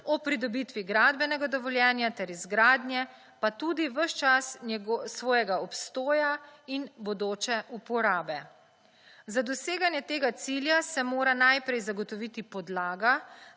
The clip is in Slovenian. o pridobitvi gradbenega dovoljenja ter izgradnje pa tudi ves čas svojega obstoja in bodoče uporabe. Za doseganje tega cilja se mora najprej zagotoviti podlaga,